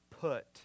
put